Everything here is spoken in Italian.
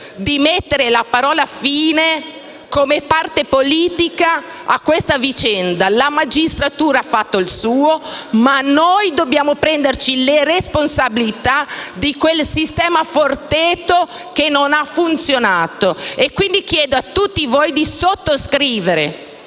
di mettere la parola «fine» come parte politica a questa vicenda. La magistratura ha fatto il suo, ma noi dobbiamo prenderci le responsabilità di quel "sistema Forteto" che non ha funzionato. E, quindi, chiedo a tutti voi di sottoscrivere